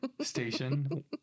station